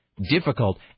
difficult